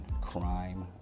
Crime